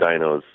dinos